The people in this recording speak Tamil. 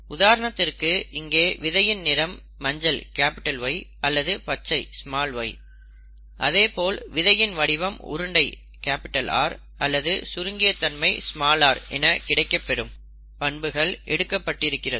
உதாரணத்திற்கு இங்கே விதையின் நிறம் மஞ்சள் அல்லது பச்சை அதேபோல் விதையின் வடிவம் உருண்டை அல்லது சுருங்கிய தன்மை என கிடைக்கப்பெறும் பண்புகள் எடுக்கப்பட்டிருக்கிறது